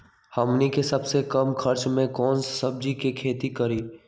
हमनी के सबसे कम खर्च में कौन से सब्जी के खेती करी?